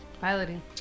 piloting